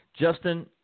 Justin